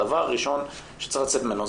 דבר ראשון שצריך לצאת ממנו,